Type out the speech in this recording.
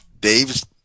Dave's